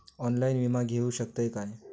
Online विमा घेऊ शकतय का?